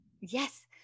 Yes